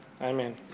amen